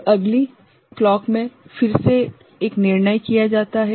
तो अगली क्लॉक मे फिर से एक निर्णय किया जाता है